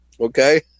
Okay